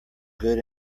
good